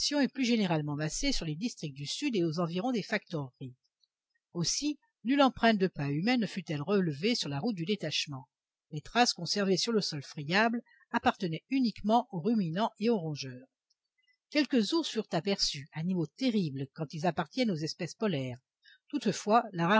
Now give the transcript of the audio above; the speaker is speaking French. est plus généralement massée sur les districts du sud et aux environs des factoreries aussi nulle empreinte de pas humains ne fut-elle relevée sur la route du détachement les traces conservées sur le sol friable appartenaient uniquement aux ruminants et aux rongeurs quelques ours furent aperçus animaux terribles quand ils appartiennent aux espèces polaires toutefois